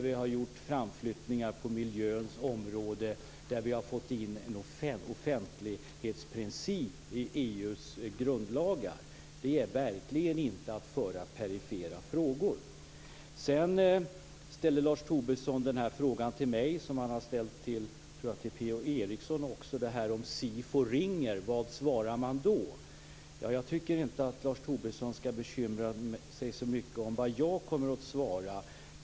Vi har gjort framflyttningar på miljöns område, och vi har fått in en offentlighetsprincip i EU:s grundlagar. Det är verkligen inte att driva perifera frågor. Sedan ställer Lars Tobisson den fråga till mig som han också har ställt till P-O Eriksson: Om SIFO ringer, vad svarar man då? Jag tycker inte att Lars Tobisson skall bekymra sig så mycket om vad jag kommer att svara.